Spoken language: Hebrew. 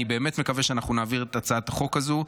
אני באמת מקווה שאנחנו נעביר את הצעת החוק הזו,